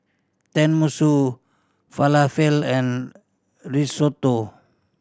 Tenmusu Falafel and Risotto